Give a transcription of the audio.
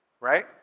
right